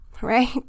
right